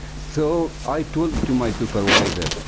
so i told to my supervisor,